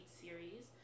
series